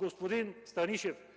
Господин Станишев,